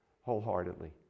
wholeheartedly